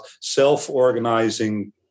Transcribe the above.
self-organizing